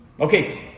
Okay